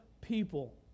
people